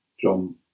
John